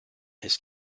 his